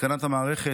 התקנת המערכת,